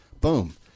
boom